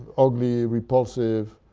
ugly, repulsive